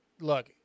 look